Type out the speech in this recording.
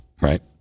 right